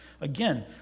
Again